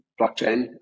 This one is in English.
blockchain